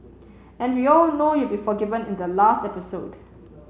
and we all know you'll be forgiven in the last episode